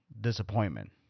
disappointment